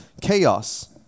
chaos